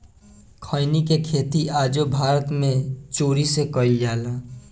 खईनी के खेती आजो भारत मे चोरी से कईल जाला